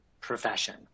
profession